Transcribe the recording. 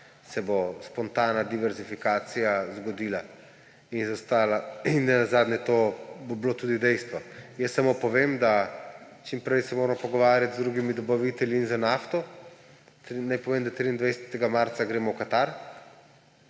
se bo spontana diverzifikacija zgodila. Nenazadnje bo to tudi dejstvo. Samo povem, da čim prej se moramo pogovarjati z drugimi dobavitelji in za nafto – naj povem, da 23. marca gremo v Katar